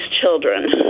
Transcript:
children